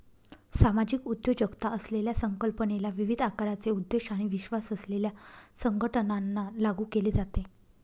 सामाजिक उद्योजकता असलेल्या संकल्पनेला विविध आकाराचे उद्देश आणि विश्वास असलेल्या संघटनांना लागू केले जाते